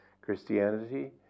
Christianity